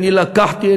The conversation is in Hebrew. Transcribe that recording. אני לקחתי,